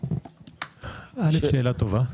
שאלה טובה.